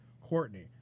courtney